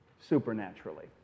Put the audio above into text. supernaturally